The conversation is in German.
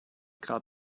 grad